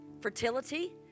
fertility